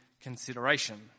consideration